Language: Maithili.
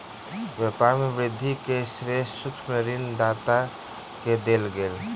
व्यापार में वृद्धि के श्रेय सूक्ष्म ऋण दाता के देल गेल